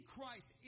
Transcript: Christ